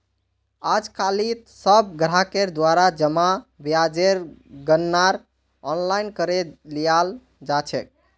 आजकालित सब ग्राहकेर द्वारा जमा ब्याजेर गणनार आनलाइन करे लियाल जा छेक